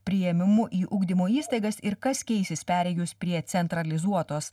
priėmimu į ugdymo įstaigas ir kas keisis perėjus prie centralizuotos